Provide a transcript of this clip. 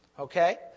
Okay